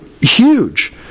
huge